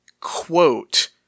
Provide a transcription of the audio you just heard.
quote